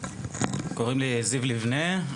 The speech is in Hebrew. קוראים לי זיו ליבנה,